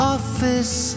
Office